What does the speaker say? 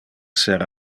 ser